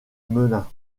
melun